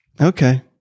Okay